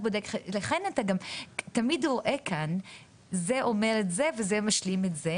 לכן אתה גם תמיד רואה כאן זה אומר את זה וזה משלים את זה,